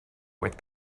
with